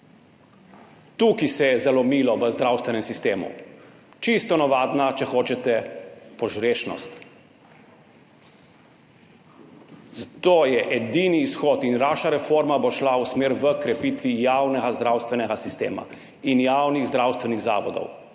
Tukaj se je zalomilo v zdravstvenem sistemu. Čisto navadna, če hočete, požrešnost. Zato je edini izhod in naša reforma bo šla v smer krepitve javnega zdravstvenega sistema in javnih zdravstvenih zavodov.